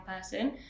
person